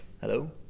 Hello